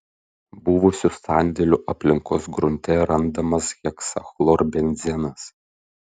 buvusių sandėlių aplinkos grunte randamas heksachlorbenzenas